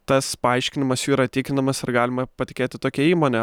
tas paaiškinimas jų yra tikinamas ar galima patikėti tokia įmone